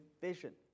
vision